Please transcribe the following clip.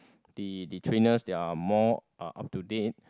the the trainers they are more uh up to date